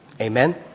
Amen